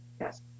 Yes